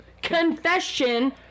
confession